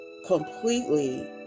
completely